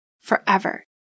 forever